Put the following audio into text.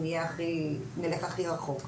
אם נלך הכי רחוק.